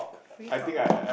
free talk